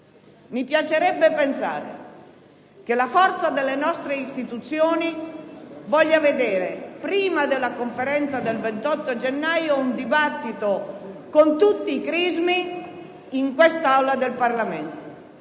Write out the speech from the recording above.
mi piacerebbe pensare che con la forza delle nostre istituzioni saremo in grado di svolgere, prima della Conferenza del 28 gennaio, un dibattito con tutti i crismi in quest'Aula del Parlamento